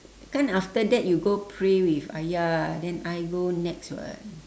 kan after that you go pray with ayah then I go nex [what]